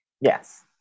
Yes